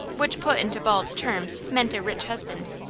which put into bald terms meant a rich husband.